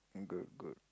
good good